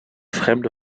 fremde